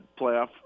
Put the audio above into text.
playoff